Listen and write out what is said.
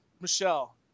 Michelle